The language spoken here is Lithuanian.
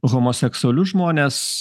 homoseksualius žmones